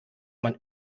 man